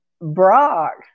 Brock